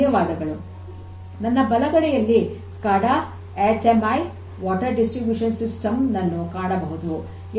ಧನ್ಯವಾದಗಳು ನನ್ನ ಬಲಗಡೆಯಲ್ಲಿ ಸ್ಕಾಡಾ ಎಚ್ ಎಂ ಐ ನೀರಿನ ವಿತರಣೆಯ ಸಿಸ್ಟಮ್ ನನ್ನು ಕಾಣಬಹುದು